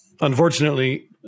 unfortunately